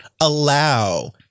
allow